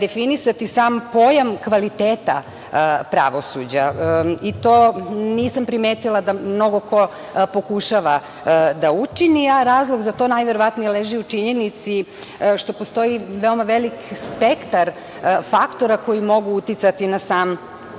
definisati sam pojam kvaliteta pravosuđa. To nisam primetila da mnogo ko pokušava da učini, a razlog za to najverovatnije leži u činjenici što postoji veoma veliki spektar faktora koji mogu uticati na sam pojam